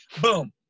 boom